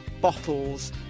Bottles